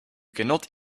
cannot